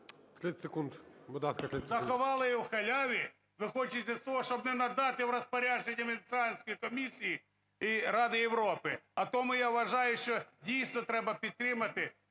Заховали його в халяві, ви хочете того, щоб не надати в розпорядження Венеціанської комісії і Ради Європи. А тому я вважаю, що, дійсно, треба підтримати